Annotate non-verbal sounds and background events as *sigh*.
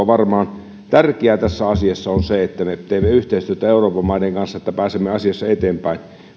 *unintelligible* varmaan tärkeää tässä asiassa on se että me teemme yhteistyötä euroopan maiden kanssa että pääsemme asiassa eteenpäin